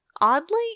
oddly